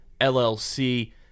LLC